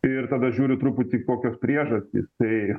ir tada žiūriu truputį kokios priežastys tai